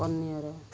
କନିଅର